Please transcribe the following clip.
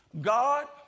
God